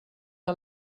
que